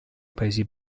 paesi